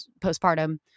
postpartum